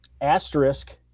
Asterisk